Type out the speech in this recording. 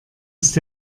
ist